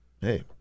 Hey